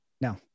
No